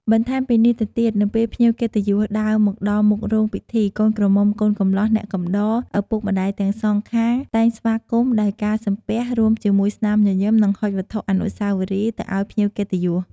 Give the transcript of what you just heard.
បន្ថែមពីនេះទៅទៀត នៅពេលភ្ញៀវកិត្តិយសដើរមកដល់មុខរោងពិធី កូនក្រមុំកូនកំលោះ អ្នកកំដរ ឪពុកម្តាយទាំងសងខាងតែងស្វាគមន៍ដោយការសំពះរួមជាមួយស្នាមញញឹម និងហុចវត្ថុអនុស្សាវរីយ៍ទៅឲ្យភ្ញៀវកិត្តិយស។